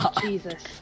Jesus